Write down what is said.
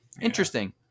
interesting